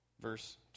Verse